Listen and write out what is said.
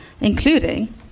including